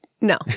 no